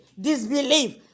Disbelief